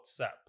WhatsApp